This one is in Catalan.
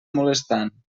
molestant